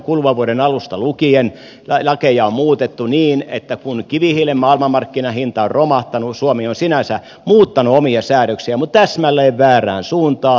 kuluvan vuoden alusta lukien lakeja on muutettu niin että kun kivihiilen maailmanmarkkinahinta on romahtanut suomi on sinänsä muuttanut omia säädöksiään mutta täsmälleen väärään suuntaan